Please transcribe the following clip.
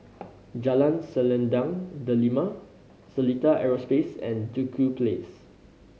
Jalan Selendang Delima Seletar Aerospace and Duku Place